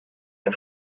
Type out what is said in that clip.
der